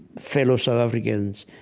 fellow south africans,